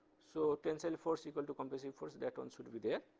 so tensile force equal to compressive force that one should be there.